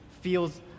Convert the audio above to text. feels